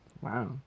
Wow